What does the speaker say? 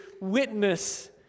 witness